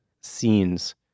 scenes